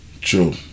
true